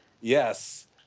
Yes